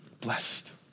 blessed